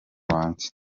banjye